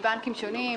מבנקים שונים,